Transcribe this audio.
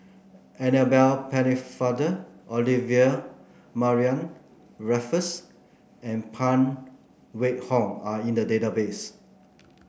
Annabel Pennefather Olivia Mariamne Raffles and Phan Wait Hong are in the database